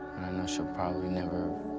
she'll probably never